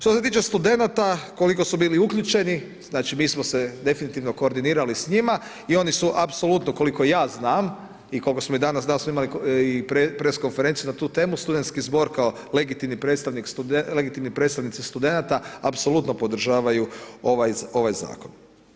Što se tiče studenata koliko su bili uključeni, znači mi smo se definitivno koordinirali s njima i oni su apsolutno koliko ja znam i koliko smo mi danas, danas smo imali i press konferenciju na tu temu, studentski zbor kao legitimni predstavnici studenata apsolutno podržavaju ovaj zakon.